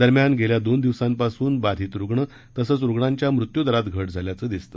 दरम्यान गेल्या दोन दिवसंपासून बाधित रुग्ण तसेच रुग्णांच्या मृत्यू दरात घट झाल्याचे दिसते